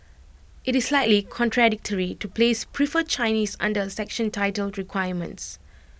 IT is slightly contradictory to place prefer Chinese under A section titled requirements